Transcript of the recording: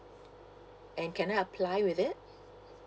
and can I apply with it